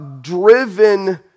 Driven